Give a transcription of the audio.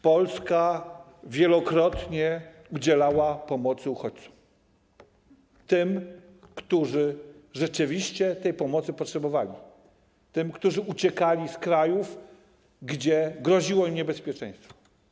Polska wielokrotnie udzielała pomocy uchodźcom: i tym, którzy rzeczywiście tej pomocy potrzebowali, i tym, którzy uciekali z krajów, gdzie groziło im niebezpieczeństwo.